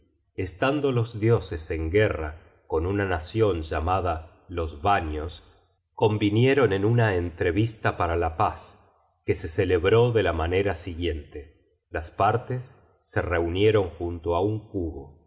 estando los dioses en guerra con una nacion llamada los vanios convinieron en una entrevista para la paz que se celebró de la manera siguiente las partes se reunieron junto á un cubo